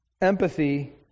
empathy